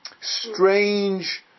strange